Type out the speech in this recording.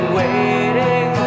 waiting